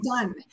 done